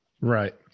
Right